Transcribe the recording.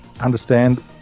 understand